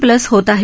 plus होत आहे